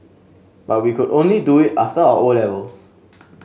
but we could only do it after our O levels